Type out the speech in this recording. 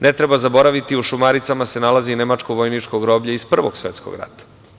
Ne treba zaboraviti, u „Šumaricama“ se nalazi nemačko vojničko groblje iz Prvog svetskog rata.